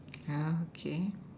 yeah okay